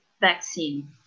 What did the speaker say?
vaccine